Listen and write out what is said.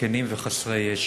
זקנים וחסרי ישע.